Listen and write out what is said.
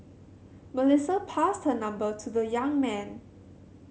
Melissa passed her number to the young man